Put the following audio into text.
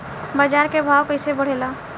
बाजार के भाव कैसे बढ़े ला?